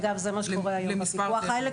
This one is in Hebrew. אגב, זה מה שקורה היום בדיווח האלקטרוני.